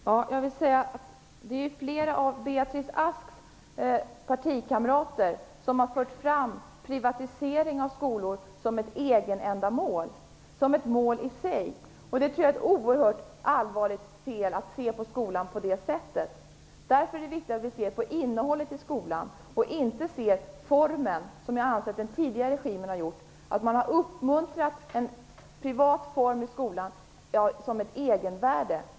Herr talman! Det är flera av Beatrice Asks partikamrater som har fört fram privatisering av skolor som ett egenändamål, som ett mål i sig. Jag tror det är ett oerhört allvarligt fel att se på skolan på det sättet. Därför är det viktigt att vi ser på innehållet i skolan, och inte ser på formen på det sätt som jag anser att den tidigare regimen har gjort. Man uppmuntrade en privat form i skolan som ett egenvärde.